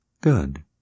Good